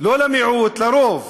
לא למיעוט, לרוב.